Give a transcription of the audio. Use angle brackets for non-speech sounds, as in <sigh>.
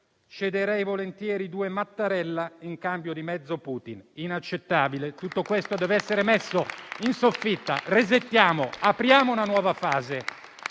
«cederei volentieri due Mattarella in cambio di mezzo Putin». Inaccettabile. <applause> Tutto questo deve essere messo in soffitta. Resettiamo e apriamo una nuova fase,